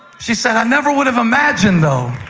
she said, i never would have imagined, though,